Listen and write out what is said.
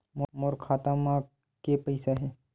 मोर खाता म के पईसा हे?